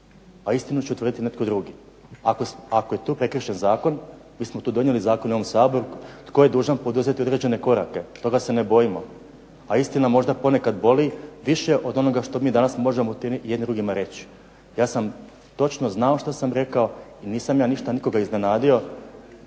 a istinu će utvrditi netko drugi. Ako je tu prekršen zakon mi smo tu donijeli zakone u ovom Saboru tko je dužan poduzeti određene korake toga se ne bojimo, a istina možda ponekad boli više od onoga što mi danas možemo jedni drugima reći. Ja sam točno znao što sam rekao i nisam ja ništa nikoga iznenadio.